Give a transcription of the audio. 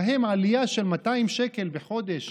להם עלייה של 200 שקל בחודש